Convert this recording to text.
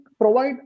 provide